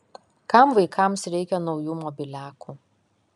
kam vaikams reikia naujų mobiliakų